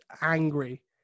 angry